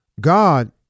God